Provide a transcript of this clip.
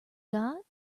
got